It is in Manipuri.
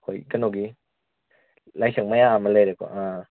ꯍꯣꯏ ꯀꯩꯅꯣꯒꯤ ꯂꯥꯏꯁꯪ ꯃꯌꯥꯝ ꯑꯃ ꯂꯩꯔꯦꯀꯣ